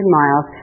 miles